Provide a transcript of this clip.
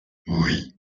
oui